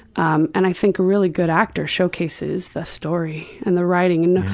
um and i think a really good actor showcases the story and the writing.